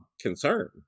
concern